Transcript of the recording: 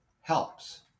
helps